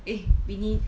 eh bini